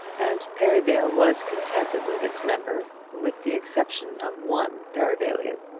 and perivale was contented with its member, with the exception of one perivalian.